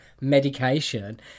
medication